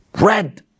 red